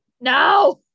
No